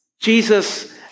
Jesus